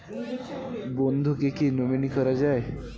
বন্ধুকে কী নমিনি করা যায়?